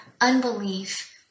unbelief